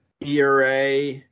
ERA